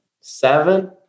seven